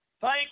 thank